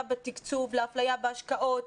להפליה בהשקעות,